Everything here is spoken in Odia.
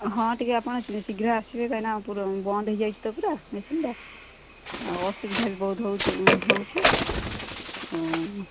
ହଁ ଟିକେ ଆପଣ ଶୀଘ୍ର ଆସିବେ କାହିଁକିନା ପୁରା ବନ୍ଦ ହେଇଯାଇଛି ତ ପୁରା ମେସିନ୍ଟା ଆଉ ଅସୁବିଧା ବି ବହୁତ ହେଉଛୁ ହେଉଛି ଆଉ